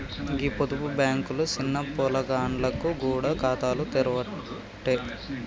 గీ పొదుపు బాంకులు సిన్న పొలగాండ్లకు గూడ ఖాతాలు తెరవ్వట్టే